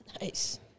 Nice